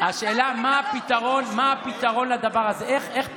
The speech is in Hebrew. השאלה היא מה הפתרון לדבר הזה, איך פותרים,